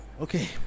Okay